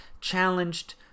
challenged